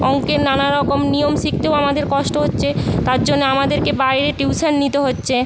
অঙ্কের নানা রকম নিয়ম শিখতেও আমাদের কষ্ট হচ্ছে তার জন্য আমাদেরকে বাইরে টিউশন নিতে হচ্ছে